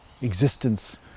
existence